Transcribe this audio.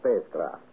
spacecraft